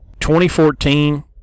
2014